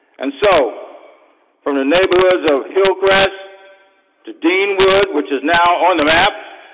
and so from the neighborhoods of hillcrest to deanwood, which is now on the map,